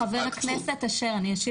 חבר הכנסת אשר, אני אשיב לך.